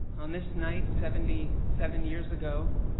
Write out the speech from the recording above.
on this night seventy seven years ago,